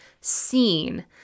seen